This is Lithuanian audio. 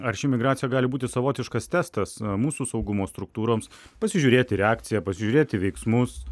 ar ši migracija gali būti savotiškas testas mūsų saugumo struktūroms pasižiūrėti reakciją pažiūrėti veiksmus